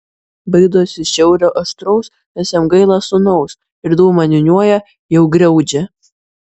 baidosi šiaurio aštraus nes jam gaila sūnaus ir dūmą niūniuoja jau griaudžią